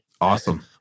Awesome